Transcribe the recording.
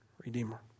redeemer